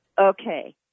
Okay